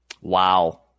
Wow